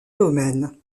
domaines